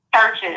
churches